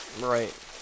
Right